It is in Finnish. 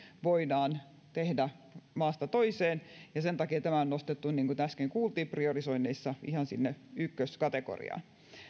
voidaan tehdä maasta toiseen sen takia tämä on nostettu niin kuin äsken kuultiin priorisoinneissa ihan sinne ykköskategoriaan